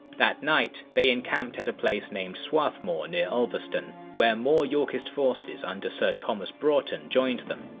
that night, they encamped at a place named swarthmoor near ulverston, where more yorkist forces under sir thomas broughton joined them.